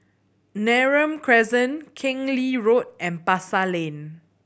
Neram Crescent Keng Lee Road and Pasar Lane